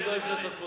את לוקחת.